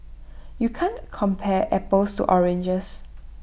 you can't compare apples to oranges